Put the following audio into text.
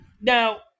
Now